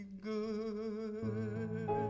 good